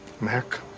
Mac